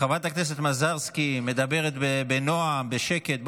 חברת הכנסת מזרסקי מדברת בנועם, בשקט.